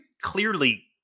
clearly